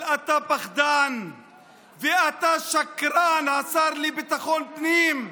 אבל אתה פחדן, ואתה שקרן, השר לביטחון פנים.